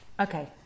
Okay